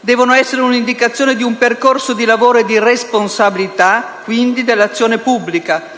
devono essere un'indicazione di un percorso di lavoro e di responsabilità dell'azione pubblica,